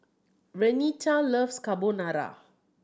Renita loves Carbonara